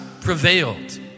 prevailed